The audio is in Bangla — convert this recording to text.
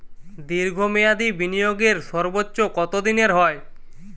দীর্ঘ মেয়াদি বিনিয়োগের সর্বোচ্চ কত দিনের হয়?